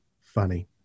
funny